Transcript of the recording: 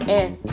es